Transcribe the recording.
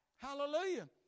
Hallelujah